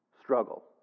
struggle